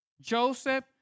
Joseph